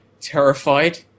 terrified